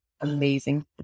amazing